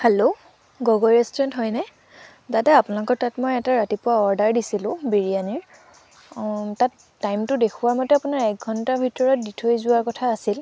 hello Gogoi restaurant হয়নে দাদা আপোনালোকৰ তাত মই এটা ৰাতিপুৱা অৰ্ডাৰ দিছিলোঁ বিৰিয়ানীৰ তাত টাইমটো দেখুৱা মতে আপোনাৰ এক ঘণ্টাৰ ভিতৰত দি থৈ যোৱাৰ কথা আছিল